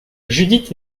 judith